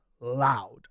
loud